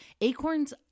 Acorns